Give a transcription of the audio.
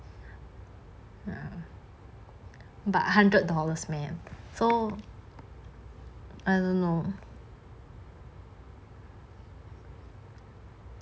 but hundred dollars man so I don't know